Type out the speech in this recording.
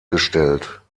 gestellt